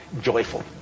joyful